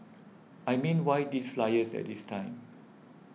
I mean why these flyers at this time